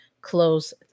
close